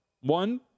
One